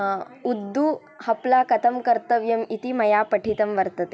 उद्दु हप्ला कथं कर्तव्यमिति मया पठितं वर्तते